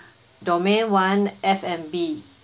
domain one F&B